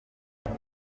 ubu